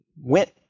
went